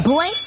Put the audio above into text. Boy